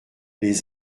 les